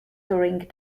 touring